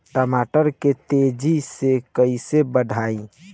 टमाटर के तेजी से कइसे बढ़ाई?